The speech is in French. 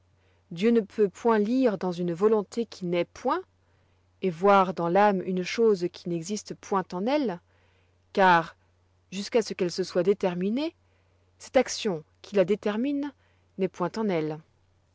dieu ne peut pas lire dans une volonté qui n'est point et voir dans l'âme une chose qui n'existe point en elle car jusque'à ce qu'elle se soit déterminée cette action qui la détermine n'est point en elle